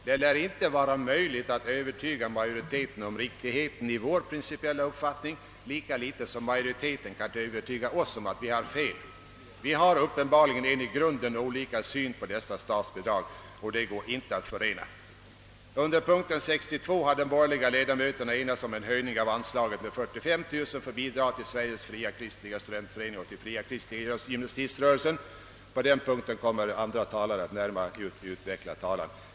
Det lär inte vara möjligt att övertyga majoriteten om riktigheten i vår principiella uppfattning, lika litet som majoriteten kan övertyga oss om att vi har fel. Vi har ippenbarligen olika grundsyn på dessa statsbidrag. ledamöterna enats om en höjning av anslaget med 45 000 kronor för bidrag till Sveriges fria kristliga studentförening och Fria kristliga gymnasiströrelsen. Denna punkt kommer att närmare utvecklas av andra talare.